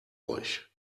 euch